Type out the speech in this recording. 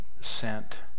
sent